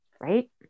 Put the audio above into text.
right